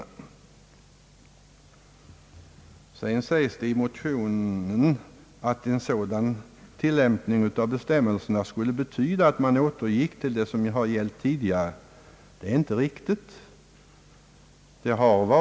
Vidare sägs i motionen, att en sådan tillämpning av bestämmelserna skulle betyda en återgång till vad som gällt tidigare. Det är inte riktigt.